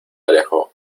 alejó